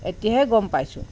এতিয়াহে গম পাইছোঁ